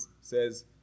says